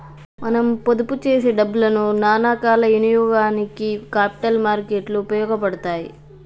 మనం పొదుపు చేసే డబ్బులను సానా కాల ఇనియోగానికి క్యాపిటల్ మార్కెట్ లు ఉపయోగపడతాయి